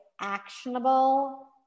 actionable